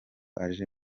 aje